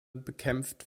bekämpft